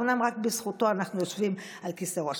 אומנם רק בזכותו אנחנו יושבים על כיסא ראש